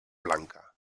blanca